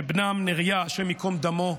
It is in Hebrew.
שבנם נריה, השם ייקום דמו,